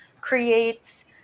creates